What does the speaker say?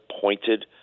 pointed